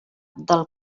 del